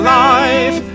life